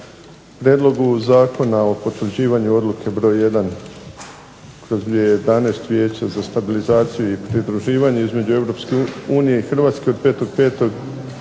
Prijedlog Zakona o potvrđivanju odluke br. 1/2011 vijeća za stabilizaciju i pridruživanje između EU i Hrvatske od